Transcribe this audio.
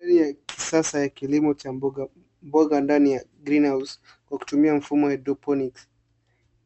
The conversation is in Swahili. Mbinu ya kisasa ya kilimo cha mboga mboga ndani ya greenhouse kwa kutumia mfumo wa hydroponics .